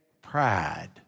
pride